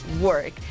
work